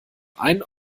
ein